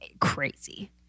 Crazy